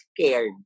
scared